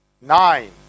Nine